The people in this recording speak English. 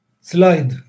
Slide